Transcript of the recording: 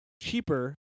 cheaper